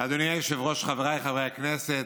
אדוני היושב-ראש, חבריי חברי הכנסת,